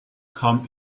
kam